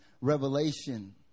revelation